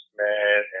man